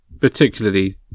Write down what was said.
particularly